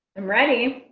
i'm ready.